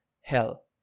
hell